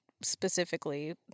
specifically